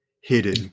hidden